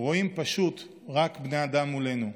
רואים פשוט רק בני אדם מולנו.